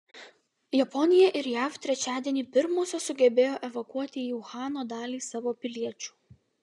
japonija ir jav trečiadienį pirmosios sugebėjo evakuoti į uhano dalį savo piliečių